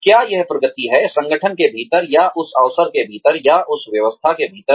क्या यह प्रगति है संगठन के भीतर या उस अवसर के भीतर या उस व्यवस्था के भीतर